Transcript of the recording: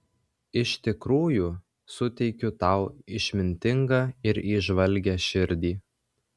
iš tikrųjų suteikiu tau išmintingą ir įžvalgią širdį